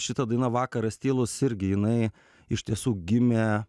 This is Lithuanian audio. šita daina vakaras tylus irgi jinai iš tiesų gimė